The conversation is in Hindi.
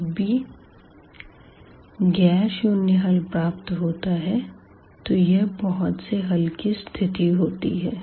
जब भी गैर शून्य हल प्राप्त होता है तो यह बहुत से हल की स्थिति होती है